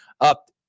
up